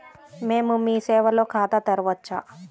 మేము మీ సేవలో ఖాతా తెరవవచ్చా?